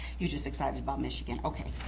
you're just excited about michigan, okay.